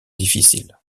difficiles